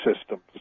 systems